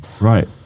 Right